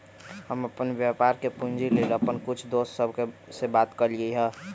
हम अप्पन व्यापार के पूंजी लेल अप्पन कुछ दोस सभ से बात कलियइ ह